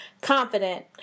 Confident